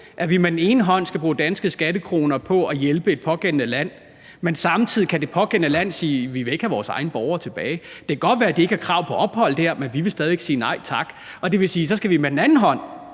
at vi med den ene hånd skal bruge danske skattekroner på at hjælpe et pågældende land, men samtidig kan landet sige: Vi vil ikke have vores egne borgere tilbage. Det kan godt være, at de ikke har krav på ophold dér, men vi vil stadig væk sige nej tak. Og det vil sige, at vi med den anden hånd